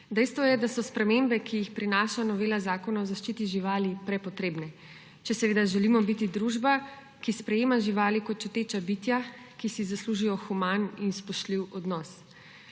Dejstvo je, da so spremembe, ki jih prinaša novela Zakona o zaščiti živali, prepotrebne, če seveda želimo biti družba, ki sprejema živali kot čuteča bitja, ki si zaslužijo human in spoštljiv odnos.